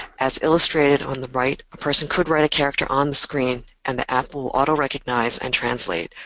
as illustrated on the right a person could write a character on the screen and the app will auto recognize and translate,